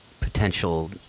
potential